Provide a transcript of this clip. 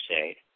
say